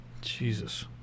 Jesus